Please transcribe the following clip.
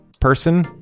person